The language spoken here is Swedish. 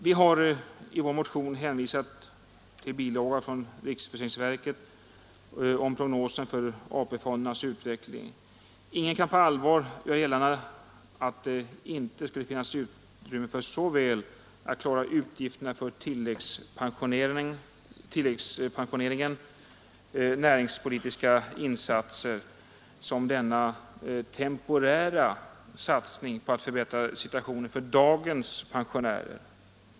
Vi har i vår motion hänvisat till bilagan från riksförsäkringsverket med prognos för AP-fondernas utveckling. Ingen kan väl på allvar göra gällande att det inte skulle finnas utrymme för såväl utgifterna för tilläggspensioneringen och näringspolitiska insatser som denna temporära satsning på att förbättra situationen för dagens pensionärer.